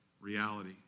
reality